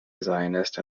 zionist